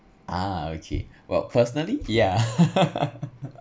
ah okay well personally yeah